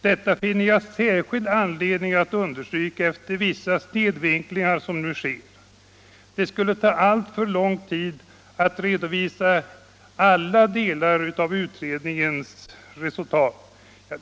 Detta finner jag särskilt anledning att understryka efter vissa snedvinklingar som nu sker. Det skulle ta alltför lång tid att redovisa alla delar av utredningens resultat.